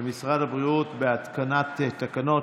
הבריאות והתקנת תקנות,